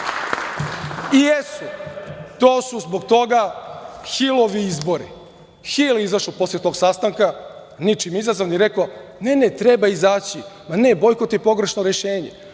zemlji. Jesu, to su zbog toga Hilovi izbori. Hil je izašao posle tog sastanka, ničim izazvan i rekao: „Ne, ne, treba izaći. Ne, bojkot je pogrešno rešenje.“